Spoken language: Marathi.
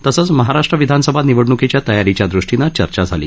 तसंच महाराष्ट्र विधानसभा निवडणुकीच्या तयारीच्या ृष्टीने चर्चा झाली